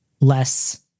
less